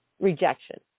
rejection